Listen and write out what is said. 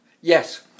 yes